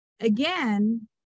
again